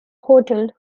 hotel